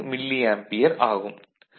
84 milliampere ஆகும்